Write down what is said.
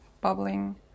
bubbling